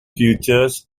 features